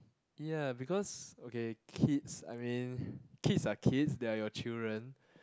ya because okay kids I mean kids are kids they are your children